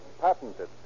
patented